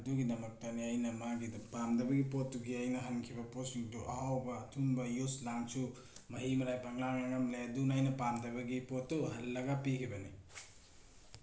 ꯑꯗꯨꯒꯤꯗꯃꯛꯇꯅꯤ ꯑꯩꯅ ꯃꯥꯒꯤꯗꯣ ꯄꯥꯝꯗꯕꯒꯤ ꯄꯣꯠꯇꯨꯒꯤ ꯑꯩꯅ ꯍꯟꯈꯤꯕ ꯄꯣꯠꯁꯤꯡꯗꯨ ꯑꯍꯥꯎꯕ ꯑꯊꯨꯝꯕ ꯖꯨꯁ ꯂꯥꯡꯁꯨ ꯃꯍꯤ ꯃꯅꯥꯏ ꯄꯪꯂꯥꯡ ꯂꯥꯡꯂꯝꯂꯦ ꯑꯗꯨꯅ ꯑꯩꯅ ꯄꯥꯝꯗꯕꯒꯤ ꯄꯣꯠꯇꯨ ꯍꯜꯂꯒ ꯄꯤꯈꯤꯕꯅꯤ